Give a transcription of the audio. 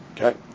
Okay